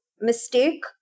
mistake